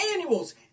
annuals